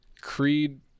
Creed